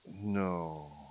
No